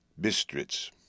Bistritz